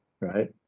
right